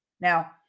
Now